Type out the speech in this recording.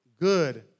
good